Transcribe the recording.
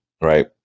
right